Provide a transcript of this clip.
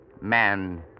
man